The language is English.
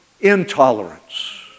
intolerance